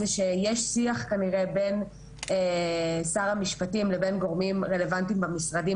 זה שיש שיח כנראה בין שר המשפטים לבין גורמים רלוונטיים במשרדים